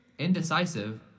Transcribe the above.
Indecisive